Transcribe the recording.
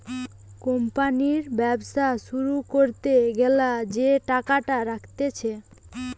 company ব্যবসা শুরু করতে গ্যালা যে টাকাটা রাখতিছে